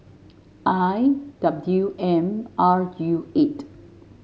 I W M R U eight